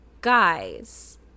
guys